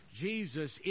Jesus